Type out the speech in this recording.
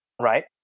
right